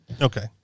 Okay